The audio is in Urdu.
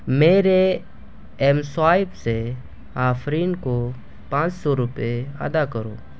میرے ایم سوائیپ سے آفرین کو پانچ سو روپئے ادا کرو